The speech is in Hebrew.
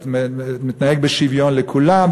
ואתה מתנהג בשוויון לכולם,